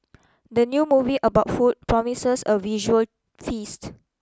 the new movie about food promises a visual feast